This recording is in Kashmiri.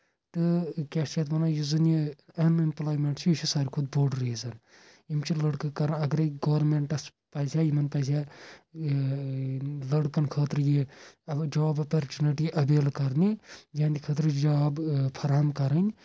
تہٕ کیاہ چھِ یَتھ وَنان یُس زَن یہِ اَن ایمپلایمیٚنٹ چھُ یہِ چھُ ساروی کھۄتہٕ بوٚڑ ریٖزَن یِم چھِ لٔڑکہٕ کَران اَگرے گورمینٹَس پَزِہا یِمَن پَزِہا لڑکَن خٲطرٕ یہِ جاب اَپرچُنِٹی اویل کَرنہِ یِہندِ خٲطرٕ جاب فراہم کَرٕنۍ